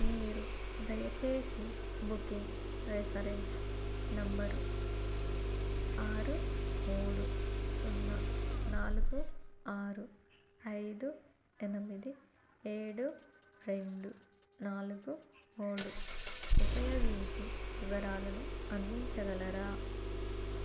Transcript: మీరు దయచేసి booking reference number ఆరు మూడు సున్నా నాలుగు ఆరు ఐదు ఎనిమిది ఏడు రెండు నాలుగు మూడు ఉపయోగించి వివరాలను అందించగలరా